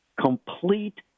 complete